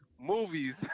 movies